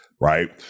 Right